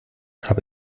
habe